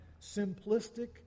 simplistic